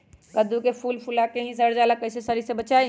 कददु के फूल फुला के ही सर जाला कइसे सरी से बचाई?